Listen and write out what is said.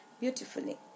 beautifully